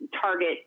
target